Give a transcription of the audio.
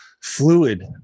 fluid